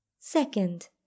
Second